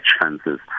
chances